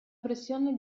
pressione